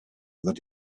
that